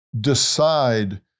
Decide